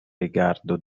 rigardo